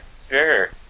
Sure